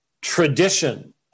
tradition